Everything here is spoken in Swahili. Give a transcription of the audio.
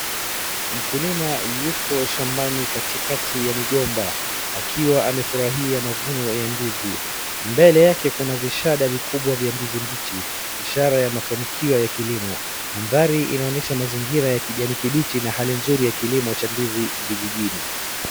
Mkulima yuko shambani katikati ya migomba akiwa amefurahia mavuno ya ndizi. Mbele yake kuna vishada vikubwa vya ndizi mbichi ishara ya mafanikio ya kilimo. Mandhari inaonyesha mazingira ya kijani kimbichi na hali nzuri ya kilimo cha ndizi vijijini.